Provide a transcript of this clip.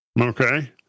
Okay